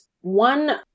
one